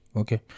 okay